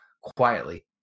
quietly